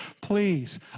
Please